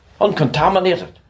Uncontaminated